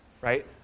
right